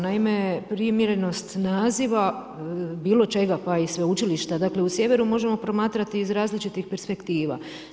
Naime, primjerenost naziva, bilo čega pa i sveučilišta u Sjeveru možemo promatrati iz različitih perspektiva.